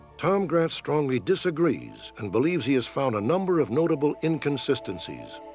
tom grant strongly disagrees and believes he has found a number of notable inconsistencies.